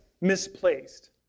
misplaced